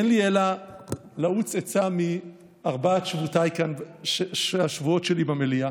אין לי אלא לעוץ עצה מארבעת השבועות שלי במליאה: